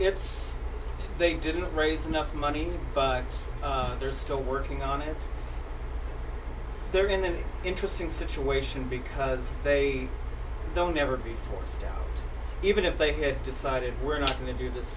yes they didn't raise enough money but they're still working on it they're in an interesting situation because they don't ever be forced even if they had decided we're not going to do this